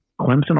Clemson